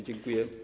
Dziękuję.